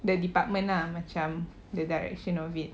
the department lah macam the direction of it